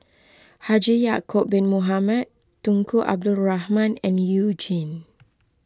Haji Ya'Acob Bin Mohamed Tunku Abdul Rahman and You Jin